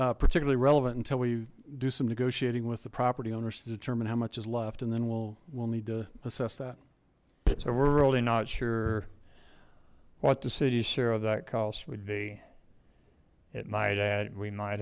be particularly relevant until we do some negotiating with the property owners to determine how much is left and then we'll we'll need to assess that so we're really not sure what the city's share of that cost would be it might add we might